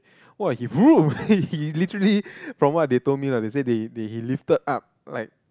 !wah! he !vroom! he he literally from what they told me lah they said that that he lifted up like